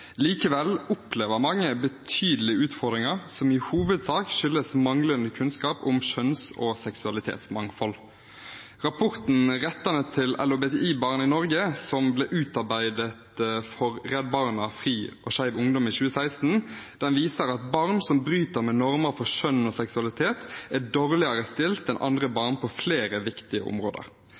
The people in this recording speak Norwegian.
Likevel opplever mange betydelige utfordringer som i hovedsak skyldes manglende kunnskap om kjønns- og seksualitetsmangfold. Rapporten «Rettane til LHBTI-barn i Noreg», som ble utarbeidet for Redd Barna, FRI og Skeiv Ungdom i 2016, viser at barn som bryter med normer for kjønn og seksualitet, er dårligere stilt enn andre barn på flere viktige områder.